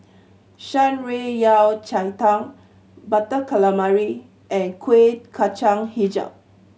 Shan Rui Yao Cai Tang Butter Calamari and Kueh Kacang Hijau